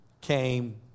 came